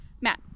Matt